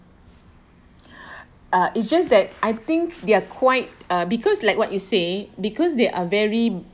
uh it's just that I think they're quite uh because like what you say because they are very